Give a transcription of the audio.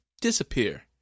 disappear